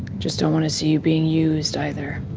just don't want to see you being used, either.